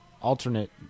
alternate